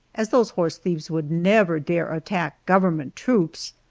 as those horse thieves would never dare attack government troops.